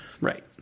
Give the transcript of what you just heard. right